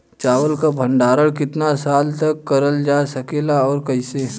चावल क भण्डारण कितना साल तक करल जा सकेला और कइसे?